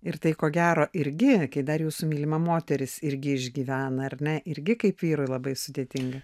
ir tai ko gero irgi dar jūsų mylima moteris irgi išgyvena ar ne irgi kaip vyrui labai sudėtinga